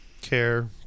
care